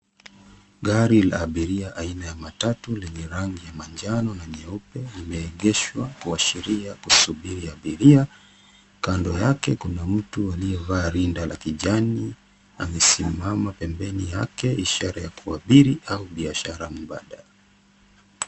Gari la abiria aina ya matatu lenye rangi ya manjano na nyeupe limeegeshwa kuashiria kusubiri abiria. Kando yake kuna mtu aliyevaa rinda la kijani amesimama pembeni yake. Ishara ya kuabiri au biashara mbadala.